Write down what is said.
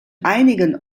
einigen